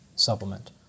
supplement